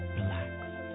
relaxed